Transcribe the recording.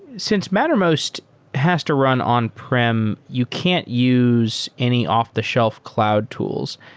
since mattermost has to run on-prem, you can't use any off-the-shelf cloud tools.